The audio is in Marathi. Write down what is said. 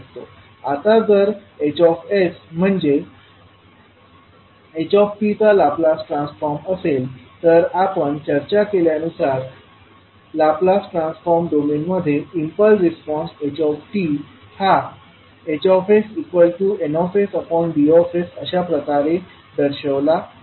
आता जर Hs म्हणजे h चा लाप्लास ट्रान्सफॉर्म असेल तर आपण चर्चा केल्यानुसार लाप्लास ट्रान्सफॉर्म डोमेन मध्ये इम्पल्स रिस्पॉन्स h हा HsNsDs अशा प्रकारे दर्शवला जाऊ शकतो